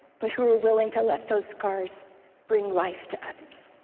but who are willing to let those scars bring life to others.